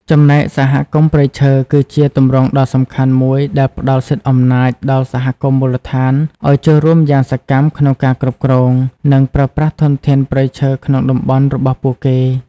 ចំណែកសហគមន៍ព្រៃឈើ គឺជាទម្រង់ដ៏សំខាន់មួយដែលផ្ដល់សិទ្ធិអំណាចដល់សហគមន៍មូលដ្ឋានឱ្យចូលរួមយ៉ាងសកម្មក្នុងការគ្រប់គ្រង និងប្រើប្រាស់ធនធានព្រៃឈើក្នុងតំបន់របស់ពួកគេ។